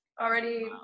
already